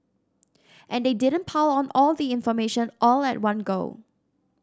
and they didn't pile on all the information all at one go